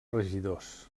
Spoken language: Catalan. regidors